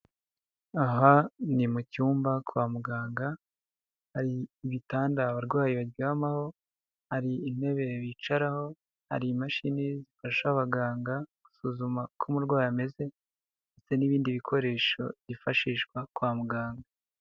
Aha ni mu cyumba kwa muganga, hari ibitanda abarwayi baryamaho, hari intebe bicaraho, hari imashini zifasha abaganga gusuzuma uko umurwayi ameze, ndetse n'ibindi bikoresho byifashishwa kwa muganga.